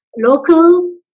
local